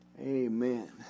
Amen